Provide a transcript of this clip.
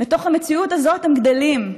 לתוך המציאות הזאת הם גדלים.